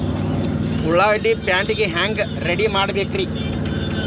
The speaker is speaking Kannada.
ಉಳ್ಳಾಗಡ್ಡಿನ ಪ್ಯಾಟಿಗೆ ಹ್ಯಾಂಗ ರೆಡಿಮಾಡಬೇಕ್ರೇ?